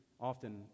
often